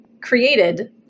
created